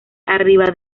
arriba